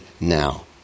Now